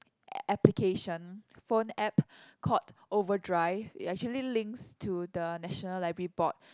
application phone app called overdrive it actually links to the national library board